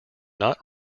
not